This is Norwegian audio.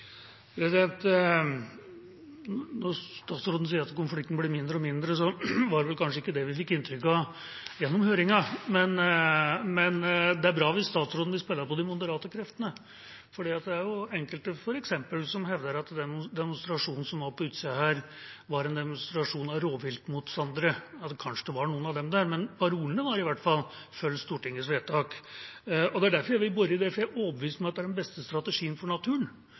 Når statsråden sier at konflikten blir mindre og mindre, var det vel kanskje ikke det vi fikk inntrykk av gjennom høringen. Men det er bra hvis statsråden vil spille på de moderate kreftene, for det er f.eks. enkelte som hevder at den demonstrasjonen som var på utsida her, var en demonstrasjon fra rovviltmotstandere. Kanskje var det noen av dem der, men parolene var i hvert fall: Følg Stortingets vedtak. Det er derfor jeg vil bore i det, for jeg er overbevist om at det er den beste strategien for naturen,